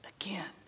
again